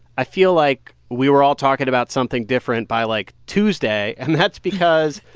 i feel like we were all talking about something different by, like, tuesday. and that's because.